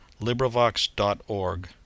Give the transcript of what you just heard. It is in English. LibriVox.org